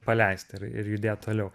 paleist ir ir judėt toliau